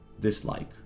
dislike